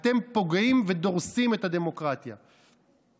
אתם פוגעים בדמוקרטיה ודורסים אותה.